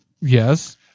yes